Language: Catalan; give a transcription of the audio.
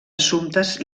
assumptes